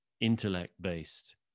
intellect-based